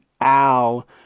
Al